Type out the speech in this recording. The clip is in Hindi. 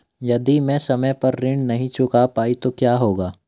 यदि मैं समय पर ऋण नहीं चुका पाई तो क्या होगा?